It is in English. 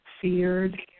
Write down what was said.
feared